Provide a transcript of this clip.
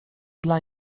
dla